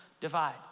divide